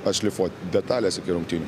atšlifuot detales iki rungtynių